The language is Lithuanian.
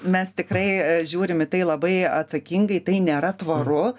mes tikrai žiūrim į tai labai atsakingai tai nėra tvaru